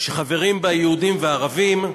שחברים בה יהודים וערבים,